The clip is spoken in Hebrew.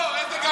לא, איזה גמרתי?